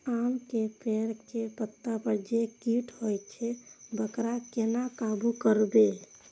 आम के पेड़ के पत्ता पर जे कीट होय छे वकरा केना काबू करबे?